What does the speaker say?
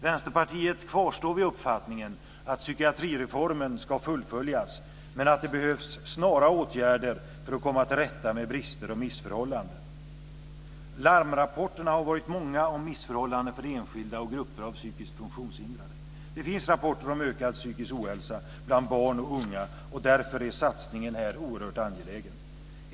Vänsterpartiet kvarstår vid uppfattningen att psykiatrireformen ska fullföljas men att det behövs snara åtgärder för att komma till rätta med brister och missförhållanden. Larmrapporterna har varit många om missförhållanden för enskilda och grupper av psykiskt funktionshindrade. Det finns rapporter om ökad psykisk ohälsa bland barn och unga, och därför är satsningen här oerhört angelägen.